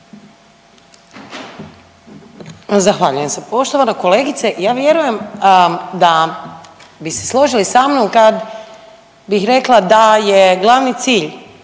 Zahvaljujem se. Poštovana kolegice, ja vjerujem da bi se složili sa mnom kad bih rekla da je glavni cilj